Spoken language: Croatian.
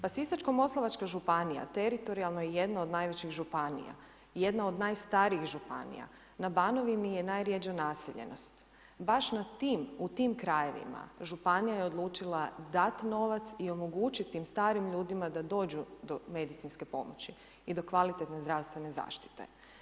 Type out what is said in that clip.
Pa Sisačko-moslavačka županija teritorijalno je jedna od najvećih županija, jedna od najstarijih županija, na Banovini je najrjeđa naseljenost, baš na tim, u tim krajevima županija je odlučila dat novac i omogućiti tim starim ljudima da dođu do medicinske pomoći i do kvalitetne zdravstvene zaštite.